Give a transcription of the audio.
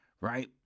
Right